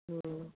ꯎꯝ